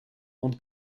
und